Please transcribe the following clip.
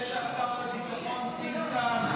זה שהשר לביטחון הפנים כאן,